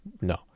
no